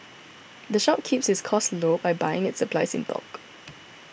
the shop keeps its costs low by buying its supplies in bulk